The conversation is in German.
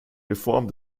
reform